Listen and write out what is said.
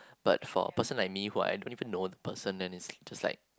but for a person like me who I don't even know the person then is just like